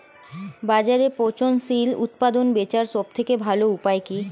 বাজারে পচনশীল উৎপাদন বেচার সবথেকে ভালো উপায় কি?